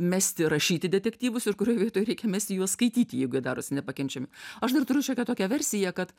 mesti rašyti detektyvus ir kurioj vietoj reikia mesti juos skaityti jeigu jie darosi nepakenčiami aš dar turiu šiokią tokią versiją kad